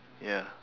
ya